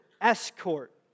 escort